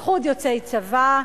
לחוד יוצאי צבא.